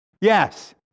Yes